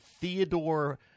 Theodore